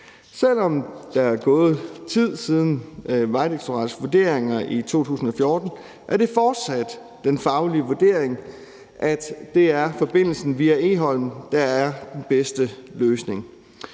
Selv om der er gået tid siden Vejdirektoratets vurderinger i 2014, er det fortsat den faglige vurdering, at det er forbindelsen via Egholm, der er den bedste løsning.